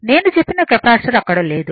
నేను చెప్పిన కెపాసిటర్ అక్కడ లేదు